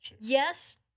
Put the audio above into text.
Yes